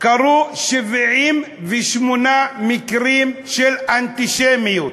היו 78 מקרים של אנטישמיות,